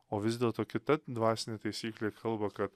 o vis dėlto kita dvasinė taisyklė kalba kad